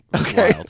okay